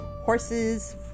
Horses